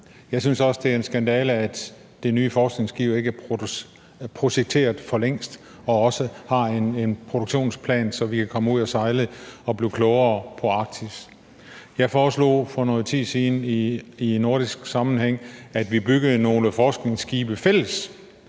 Jeg synes også, det er en skandale, at det nye forskningsskib ikke er projekteret for længst og også har en produktionsplan, så vi kan komme ud at sejle og blive klogere på Arktis. Jeg foreslog for noget tid siden i nordisk sammenhæng, at vi byggede nogle forskningsskibe fælles,